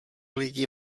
lidi